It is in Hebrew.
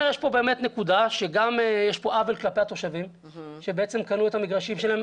יש פה עוול כלפי התושבים שקנו את המגרשים שלהם,